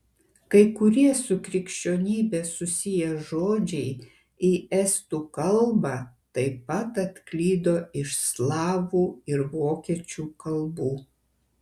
kai kurie su krikščionybe susiję žodžiai į estų kalbą taip pat atklydo iš slavų ir vokiečių kalbų